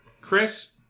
Chris